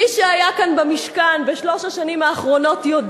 מי שהיה כאן במשכן בשלוש השנים האחרונות יודע